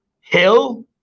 hill